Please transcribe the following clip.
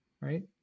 right